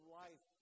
life